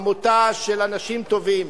עמותה של אנשים טובים,